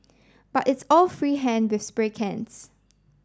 but it's all free hand with spray cans